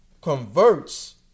converts